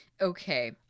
Okay